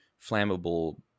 flammable